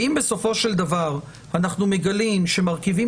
ואם בסופו של דבר אנחנו מגלים שמרכיבים